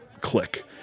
click